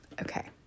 Okay